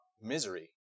misery